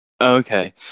Okay